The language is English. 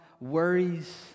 worries